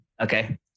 Okay